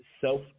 self